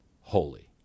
holy